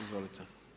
Izvolite.